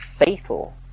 fatal